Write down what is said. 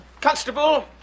Constable